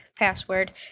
password